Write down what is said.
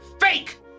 Fake